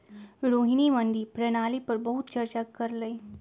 रोहिणी मंडी प्रणाली पर बहुत चर्चा कर लई